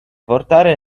portare